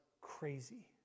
crazy